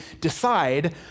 decide